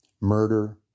murder